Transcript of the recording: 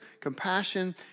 compassion